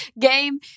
game